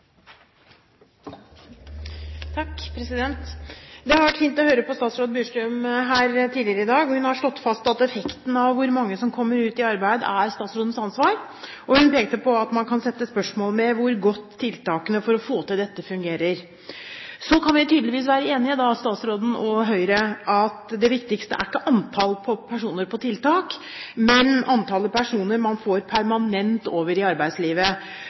Det har vært fint å høre på statsråd Bjurstrøm her tidligere i dag. Hun har slått fast at effekten av hvor mange som kommer ut i arbeid, er statsrådens ansvar, og hun pekte på at man kan sette spørsmålstegn ved hvor godt tiltakene for å få til dette fungerer. Så kan vi tydeligvis være enige, da, statsråden og Høyre, om at det viktigste ikke er antall personer på tiltak, men antallet personer man får permanent over i arbeidslivet.